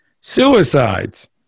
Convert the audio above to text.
suicides